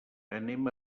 anem